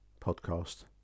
podcast